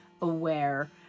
aware